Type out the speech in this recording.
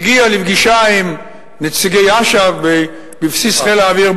הגיע לפגישה עם נציגי אש"ף בבסיס חיל האוויר,